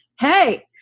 Hey